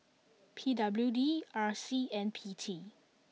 P W D R C and P T